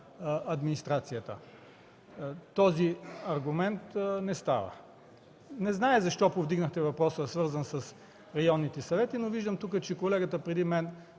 администрацията. Този аргумент не става. Не зная защо повдигнахте въпроса, свързан с районните съвети, но виждам, че тук колегата преди мен